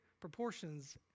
proportions